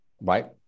right